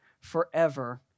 forever